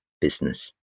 business